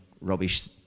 rubbish